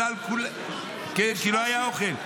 כי לא היה אוכל.